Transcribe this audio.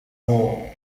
mort